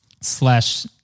slash